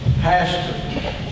pastor